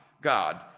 God